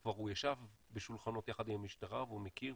והוא כבר ישב בשולחנות יחד עם המשטרה והוא מכיר,